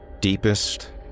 Deepest